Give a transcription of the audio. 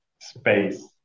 Space